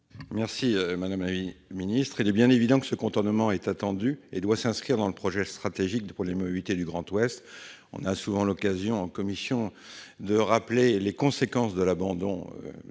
remercie, madame la ministre. Il est évident que ce contournement est attendu et doit s'inscrire dans le projet stratégique pour les mobilités du Grand Ouest. En commission, nous avons souvent l'occasion de rappeler les conséquences de l'abandon